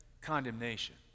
condemnation